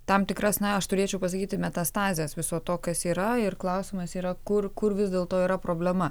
tam tikras na aš turėčiau pasakyti metastazes viso to kas yra ir klausimas yra kur kur vis dėlto yra problema